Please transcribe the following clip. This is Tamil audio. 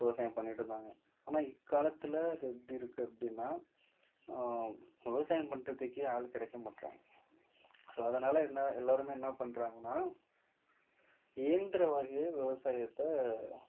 விவசாயம் பண்ணிகிட்டு இருந்தாங்க ஆனால் இக்காலத்தில் அது எப்படி இருக்குது அப்படின்னா விவசாயம் பண்ணுறதுக்கே ஆள் கிடைக்க மாற்றாங்க ஸோ அதனால் என்ன எல்லோருமே என்ன பண்ணுறாங்ன்னா இயந்திரம் வகை விவசாயத்தை